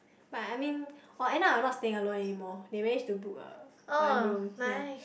but I mean oh end up I not staying alone anymore they manage to book a one room ya